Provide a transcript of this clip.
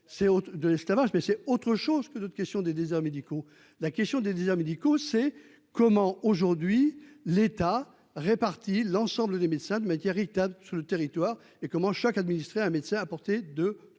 c'est autre chose que d'autres questions des déserts médicaux, la question des déserts médicaux, c'est comment aujourd'hui l'État réparti l'ensemble des médecins de matières il tape sur le territoire et comment chaque administré un médecin à porter de 30